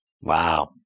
Wow